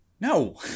No